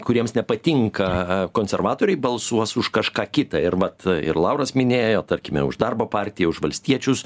kuriems nepatinka konservatoriai balsuos už kažką kitą ir mat ir lauras minėjo tarkime už darbo partiją už valstiečius